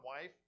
wife